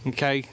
Okay